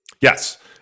Yes